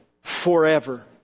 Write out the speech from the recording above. forever